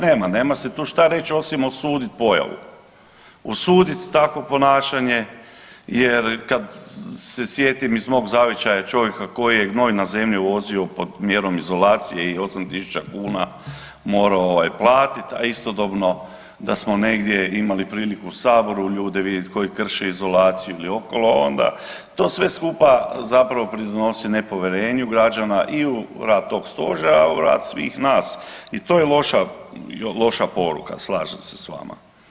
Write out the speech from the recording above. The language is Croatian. Nema, nema se tu šta reći osim osuditi pojavu, osuditi takvo ponašanje jer kad se sjetim iz mog zavičaja čovjeka koji je gnoj na zemlju vodio pod mjerom izolacije i 8 tisuća kuna morao platiti, a istodobno da smo negdje imali prilike u Saboru ljude vidjeti koji krše izolaciju ili okolo, onda to sve skupa zapravo pridonosi nepovjerenju građana i u rad tog Stožera, a i rad svih nas i to je loša poruka, slažem se s vama.